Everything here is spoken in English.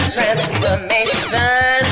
Transformation